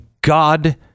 God